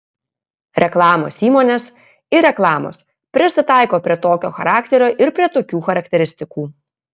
reklamos įmonės ir reklamos prisitaiko prie tokio charakterio ir prie tokių charakteristikų